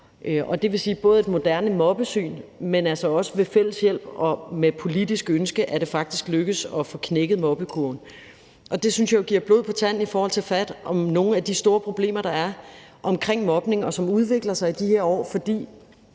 an. Det vil sige, at både med et moderne mobbesyn, men altså også ved fælles hjælp, og med et politisk ønske om det, er det faktisk lykkedes at få knækket mobbekurven, og det synes jeg jo giver blod på tanden i forhold til at tage fat om nogle af de store problemer, der er omkring mobning, og som udvikler sig i de her år.